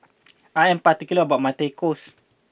I am particular about my Tacos